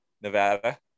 Nevada